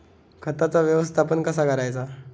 खताचा व्यवस्थापन कसा करायचा?